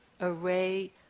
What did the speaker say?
array